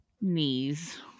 Knees